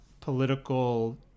political